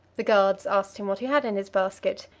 the guards asked him what he had in his basket.